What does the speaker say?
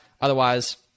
Otherwise